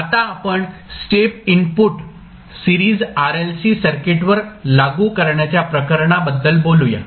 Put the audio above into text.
आता आपण step input series RLC सर्किटवर लागू करण्याच्या प्रकरणाबद्दल बोलूया